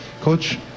Coach